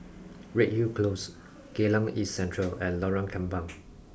Redhill Close Geylang East Central and Lorong Kembang